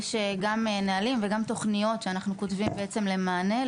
יש גם נהלים וגם תוכניות שאנחנו כותבים בעצם למענה,